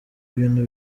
bintu